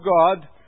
God